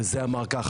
וזה אמר ככה.